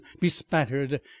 bespattered